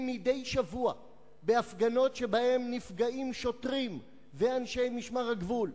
מדי שבוע בהפגנות שנפגעים בהן שוטרים ואנשי משמר הגבול,